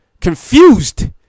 confused